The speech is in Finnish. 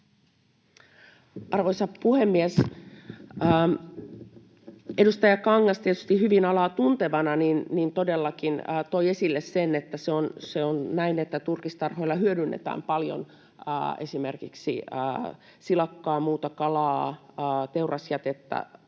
Arvoisa puhemies! Edustaja Kangas tietysti hyvin alaa tuntevana todellakin toi esille sen, että se on näin, että turkistarhoilla hyödynnetään paljon esimerkiksi silakkaa, muuta kalaa ja teurasjätettä